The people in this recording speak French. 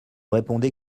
répondait